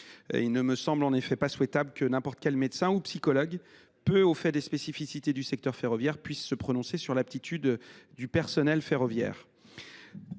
Il ne me semble en effet pas souhaitable que n’importe quel médecin ou psychologue, éventuellement peu au fait des spécificités du secteur ferroviaire, puisse se prononcer sur l’aptitude du personnel ferroviaire.